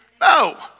No